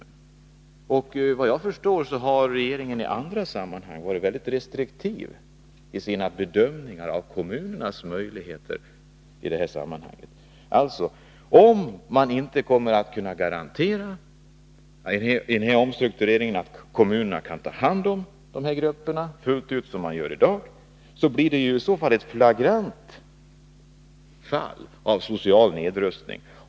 Såvitt jag förstår har regeringen i andra sammanhang varit mycket restriktiv i sina bedömningar av kommunernas möjligheter i det här sammanhanget. Om man i samband med omstruktureringen inte kommer att kunna garantera att kommunerna kan ta hand om dessa grupper fullt ut som i dag, blir det ett flagrant fall av social nedrustning.